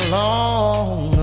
long